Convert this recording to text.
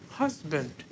husband